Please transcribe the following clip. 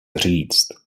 říct